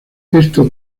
esto